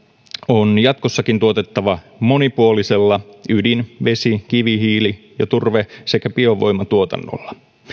on jatkossakin tuotettava monipuolisella ydin vesi kivihiili ja turve sekä biovoimatuotannolla